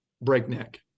breakneck